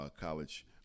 college